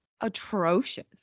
atrocious